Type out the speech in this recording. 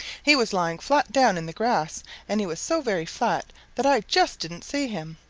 he was lying flat down in the grass and he was so very flat that i just didn't see him.